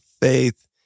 faith